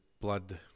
blood